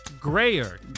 Grayer